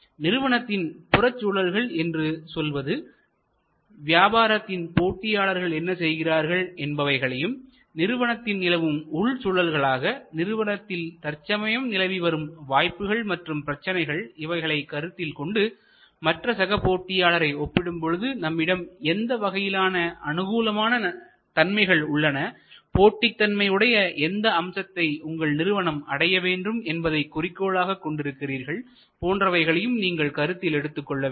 நிறுவனத்தின் புறச் சூழல்கள் என்று சொல்வது வியாபாரத்தின் போட்டியாளர்கள் என்ன செய்கிறார்கள் என்பவைகளையும் நிறுவனத்தின் நிலவும் உள்சூழல்களாக நிறுவனத்தில் தற்சமயம் நிலவிவரும் வாய்ப்புகள் மற்றும் பிரச்சினைகள் இவைகளை கருத்தில் கொண்டு மற்ற சக போட்டியாளரை ஒப்பிடும்பொழுது நம்மிடம் எந்த வகையிலான அனுகூலமான தன்மைகள் உள்ளனபோட்டித்தன்மை உடைய எந்த அம்சத்தை உங்கள் நிறுவனம் அடைய வேண்டும் என்பதை குறிக்கோளாகக் கொண்டு இருக்கிறீர்கள் போன்றவைகளையும் நீங்கள் கருத்தில் எடுத்துக் கொள்ள வேண்டும்